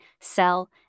sell